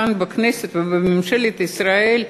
כאן בכנסת ובממשלת ישראל,